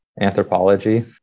anthropology